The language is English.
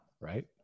right